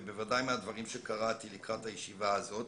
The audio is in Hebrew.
ובוודאי מהדברים שקראתי לקראת הישיבה הזאת.